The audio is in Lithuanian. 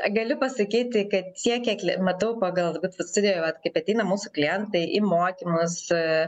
galiu pasakyti kad tiek kiek matau pagal studijoje vat kaip ateina mūsų klientai į mokymus